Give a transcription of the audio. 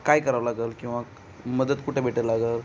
काय करावं लागेल किंवा मदत कुठे भेट लागेल